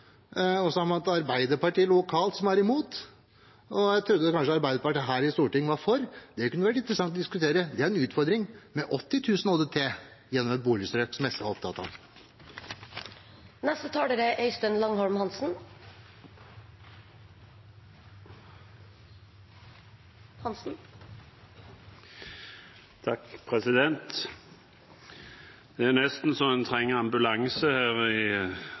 man har Arbeiderpartiet lokalt som er imot. Jeg trodde kanskje Arbeiderpartiet her i Stortinget var for. Det kunne vært interessant å diskutere. Det er en utfordring med 80 000 ÅDT gjennom et boligstrøk, slik SV var opptatt av. Det er nesten så en trenger ambulanse utenfor salen. Jeg har fått en skadelig overdose Fremskrittsparti-skryt i